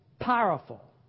powerful